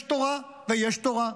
יש תורה ויש תורה.